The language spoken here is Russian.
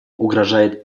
угрожает